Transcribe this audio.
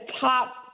top